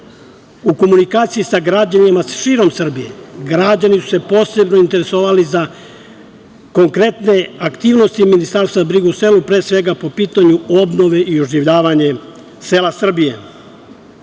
komunikaciji sa građanima širom Srbije, građani su se posebno interesovali za konkretne aktivnosti Ministarstva za brigu o selu, pre svega po pitanju obnove i oživljavanje sela Srbije. Tokom